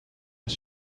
das